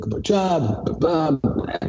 job